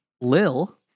Lil